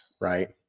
Right